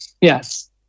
Yes